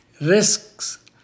Risks